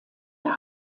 der